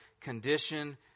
condition